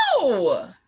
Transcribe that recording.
No